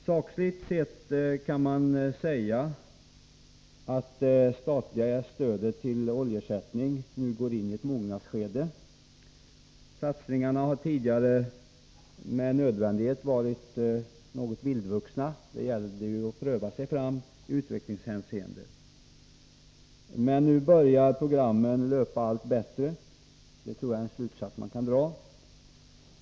Sakligt sett kan man säga att det statliga stödet till oljeersättning nu går in i ett mognadsskede. Satsningarna har tidigare med nödvändighet varit något vildvuxna. Det gällde att pröva sig fram i utvecklingshänseende. Men nu börjar programmet löpa allt bättre. Det är en slutsats man kan dra.